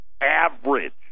average